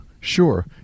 sure